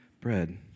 bread